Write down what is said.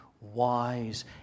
wise